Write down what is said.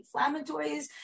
anti-inflammatories